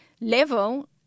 level